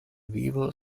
vivo